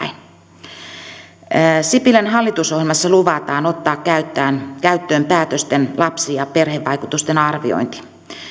monessa asiassa menemme taaksepäin sipilän hallitusohjelmassa luvataan ottaa käyttöön käyttöön päätösten lapsi ja perhevaikutusten arviointi